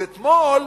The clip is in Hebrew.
אתמול